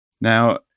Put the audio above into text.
Now